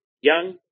Young